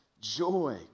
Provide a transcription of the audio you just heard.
joy